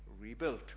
rebuilt